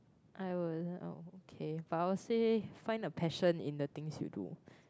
I'll will okay I would say find a passion in the things you do